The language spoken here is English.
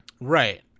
Right